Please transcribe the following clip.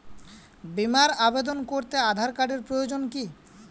বিমার আবেদন করতে আধার কার্ডের প্রয়োজন কি?